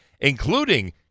including